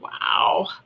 wow